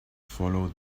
follow